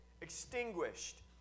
extinguished